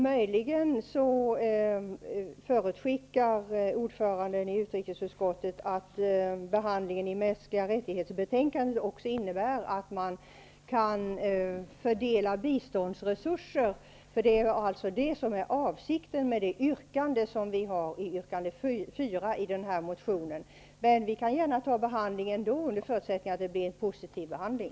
Möjligen förutskickar ordföranden i utrikesutskottet att behandlingen av betänkandet om mänskliga rättigheter också innebär att man kan fördela biståndsresurser. Det är alltså det som är avsikten med yrkande 4 i motionen. Men vi kan gärna ta behandlingen senare, under förutsättning att det blir en positiv behandling.